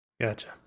gotcha